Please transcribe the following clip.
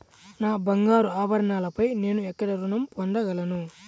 నా బంగారు ఆభరణాలపై నేను ఎక్కడ రుణం పొందగలను?